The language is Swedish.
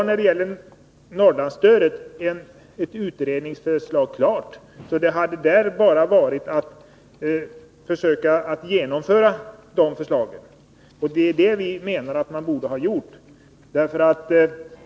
När det gäller Norrlandsstödet finns det ett utredningsförslag klart, som det bara hade varit att genomföra. Det är det som vi menar att man borde ha gjort.